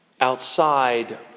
outside